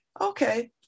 okay